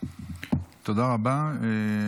תודה רבה.